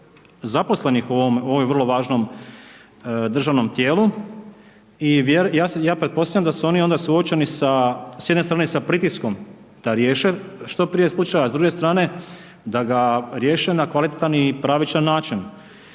zaposlenih u ovom, ovoj vrlo važnom držanom tijelu i ja pretpostavljam da su onda oni suočeni sa, s jedne strane s pritiskom da riješe što prije slučaj, a s druge strane da ga riješe na kvalitetan i pravičan način